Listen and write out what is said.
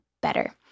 better